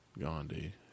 Gandhi